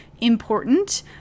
important